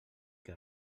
que